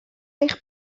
eich